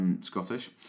Scottish